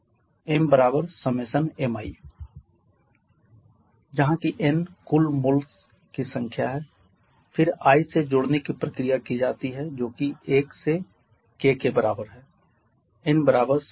mi1kmi जहां कि n कुल मोल्स की संख्या है फिर i से जोड़ने की प्रक्रिया की जाती है जो कि 1 से k के बराबर है